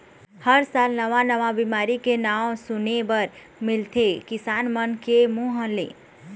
हर साल नवा नवा बिमारी के नांव सुने बर मिलथे किसान मन के मुंह ले